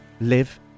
live